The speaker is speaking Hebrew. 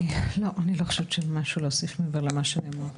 אני לא חושבת שיש משהו להוסיף מעבר למה שנאמר.